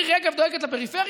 אז מירי רגב דואגת לפריפריה?